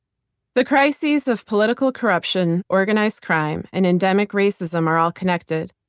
the crises of political corruption, organized crime, and endemic racism are all connected,